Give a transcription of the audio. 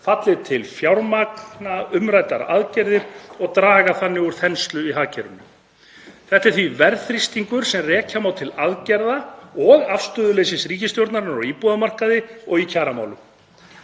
til að fjármagna umræddar aðgerðir og draga þannig úr þenslu í hagkerfinu. Þetta er því verðþrýstingur sem rekja má til aðgerða- og afstöðuleysis ríkisstjórnarinnar á íbúðamarkaði og í kjaramálum.